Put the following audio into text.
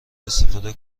استفاده